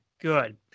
good